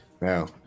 no